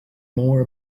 more